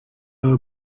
were